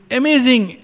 amazing